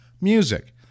music